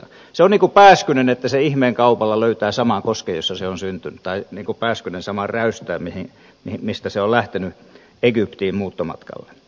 se on niin kuin pääskynen että se ihmeen kaupalla löytää samaan koskeen jossa se on syntynyt niin kuin pääskynen saman räystään mistä se on lähtenyt egyptiin muuttomatkalle